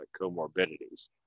comorbidities